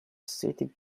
city